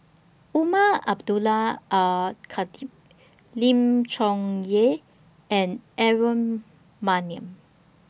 Umar Abdullah Al Khatib Lim Chong Yah and Aaron Maniam